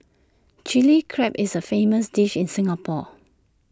Chilli Crab is A famous dish in Singapore